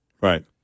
right